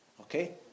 Okay